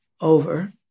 over